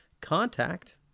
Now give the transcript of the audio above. contact